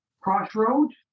Crossroads